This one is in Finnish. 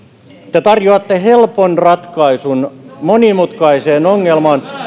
te tarjoatte helpon ratkaisun monimutkaiseen ongelmaan